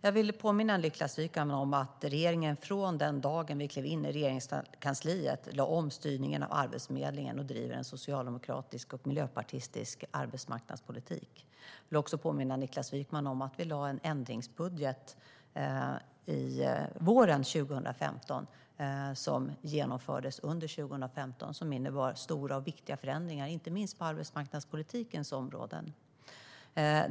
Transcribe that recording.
Jag vill påminna Niklas Wykman om att regeringen från den dag vi klev in i Regeringskansliet lade om styrningen av Arbetsförmedlingen och driver en socialdemokratisk och miljöpartistisk arbetsmarknadspolitik. Jag vill också påminna Niklas Wykman om att vi lade fram en ändringsbudget våren 2015 som genomfördes under 2015 och som innebar stora och viktiga förändringar, inte minst på arbetsmarknadspolitikens område.